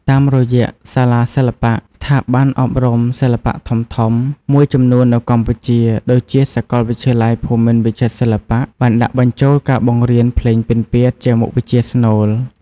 តាមរយៈសាលាសិល្បៈ ស្ថាប័នអប់រំសិល្បៈធំៗមួយចំនួននៅកម្ពុជា ដូចជាសាកលវិទ្យាល័យភូមិន្ទវិចិត្រសិល្បៈ បានដាក់បញ្ចូលការបង្រៀនភ្លេងពិណពាទ្យជាមុខវិជ្ជាស្នូល។